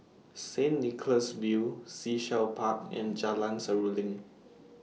Saint Nicholas View Sea Shell Park and Jalan Seruling